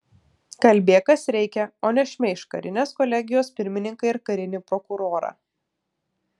kalbėk kas reikia o ne šmeižk karinės kolegijos pirmininką ir karinį prokurorą